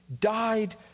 died